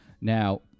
Now